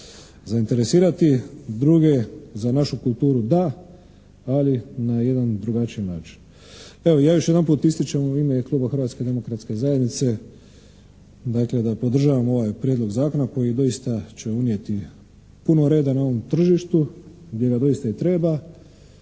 Zainteresirati druge za našu kulturu da ali na jedan drugačiji način. Evo, ja još jedanput ističem u ime kluba Hrvatske demokratske zajednice dakle da podržavamo ovaj prijedlog zakona koji doista će unijeti puno reda na ovom tržištu gdje ga doista i treba